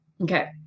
Okay